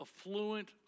affluent